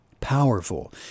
Powerful